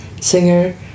singer